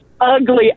ugly